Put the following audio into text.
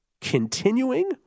continuing